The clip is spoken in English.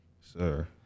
Sir